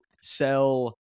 sell